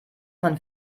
man